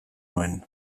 nuen